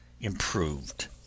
improved